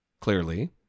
clearly